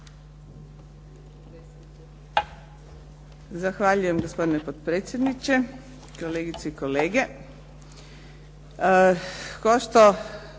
Zahvaljujem gospodine potpredsjedniče, kolegice i kolege.